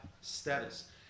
status